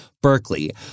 Berkeley